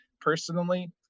personally